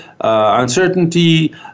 uncertainty